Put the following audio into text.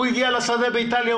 הוא הגיע לשדה באיטליה,